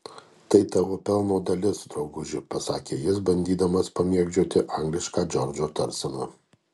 tai tavo pelno dalis drauguži pasakė jis bandydamas pamėgdžioti anglišką džordžo tarseną